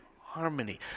harmony